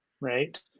right